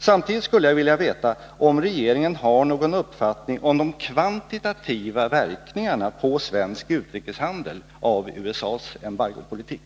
Samtidigt skulle jag vilja veta, om regeringen har någon uppfattning om de kvantitativa verkningarna på svensk utrikeshandel av USA:s embargopolitik.